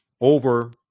over